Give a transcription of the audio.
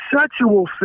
sexual